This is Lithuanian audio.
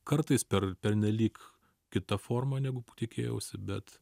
kartais per pernelyg kita forma negu tikėjausi bet